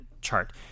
chart